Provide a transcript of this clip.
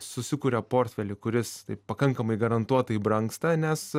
susikuria portfelį kuris taip pakankamai garantuotai brangsta nes